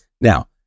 Now